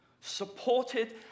supported